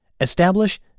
Establish